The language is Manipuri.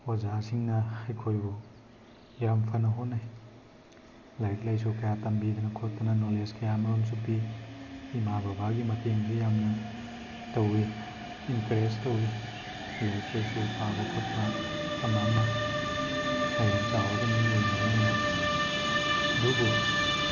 ꯑꯣꯖꯥꯁꯤꯡꯅ ꯑꯩꯈꯣꯏꯕꯨ ꯌꯥꯝ ꯐꯅ ꯍꯣꯠꯅꯩ ꯂꯥꯏꯔꯤꯛ ꯂꯥꯏꯁꯨ ꯀꯌꯥ ꯇꯝꯕꯤꯗꯅ ꯈꯣꯠꯇꯅ ꯅꯣꯂꯦꯖ ꯀꯌꯥ ꯑꯃꯔꯣꯝꯁꯨ ꯄꯤ ꯏꯃꯥ ꯕꯕꯥꯒꯤ ꯃꯇꯦꯡꯁꯨ ꯌꯥꯝꯅ ꯇꯧꯋꯤ ꯏꯟꯀꯔꯦꯖ ꯇꯧꯋꯤ ꯂꯥꯏꯔꯤꯛ ꯂꯥꯏꯁꯨ ꯄꯥꯕ ꯈꯣꯠꯄ ꯑꯃ ꯑꯃ ꯍꯌꯦꯡ ꯆꯥꯎꯔꯒ ꯃꯤ ꯑꯣꯏꯅꯕꯅꯦꯅ ꯑꯗꯨꯕꯨ